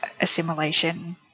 assimilation